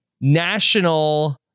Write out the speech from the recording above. national